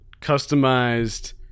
customized